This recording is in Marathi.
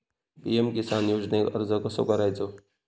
पी.एम किसान योजनेक अर्ज कसो करायचो?